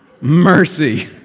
mercy